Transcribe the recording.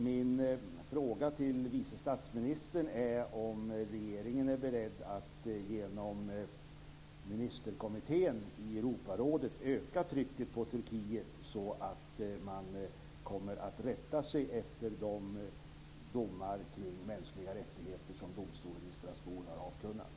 Min fråga till vice statsministern är om regeringen är beredd att genom ministerkommittén i Europarådet öka trycket på Turkiet så att man kommer att rätta sig efter de domar avseende mänskliga rättigheter som domstolen i Strasbourg har avkunnat.